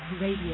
Radio